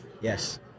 Yes